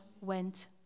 went